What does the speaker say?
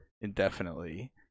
indefinitely